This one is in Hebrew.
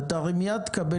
תרים יד ותקבל